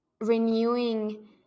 renewing